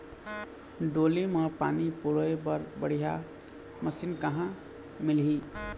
डोली म पानी पलोए बर बढ़िया मशीन कहां मिलही?